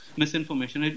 misinformation